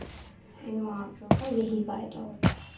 ان محاوروں کا یہی فائدہ ہوتا ہے